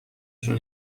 شون